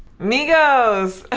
migos!